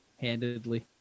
handedly